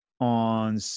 on